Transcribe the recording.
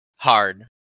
Hard